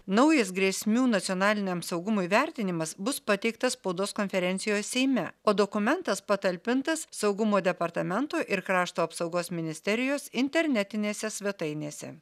naujas grėsmių nacionaliniam saugumui vertinimas bus pateiktas spaudos konferencijoj seime o dokumentas patalpintas saugumo departamento ir krašto apsaugos ministerijos internetinėse svetainėse